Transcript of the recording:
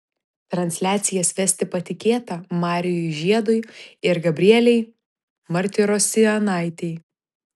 transliacijas vesti patikėta marijui žiedui ir gabrielei martirosianaitei